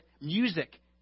music